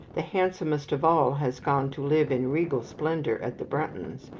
the handsomest of all has gone to live in regal splendour at the bruntons,